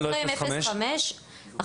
לוחם עם 05 --- למה לא 05?